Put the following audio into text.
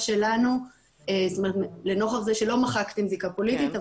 שלנו לנוכח זה שלא מחקתם זיקה פוליטית,